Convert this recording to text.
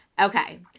Okay